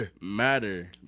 matter